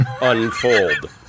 unfold